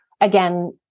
again